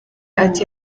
ati